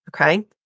okay